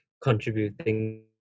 contributing